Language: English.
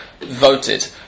voted